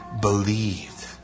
believed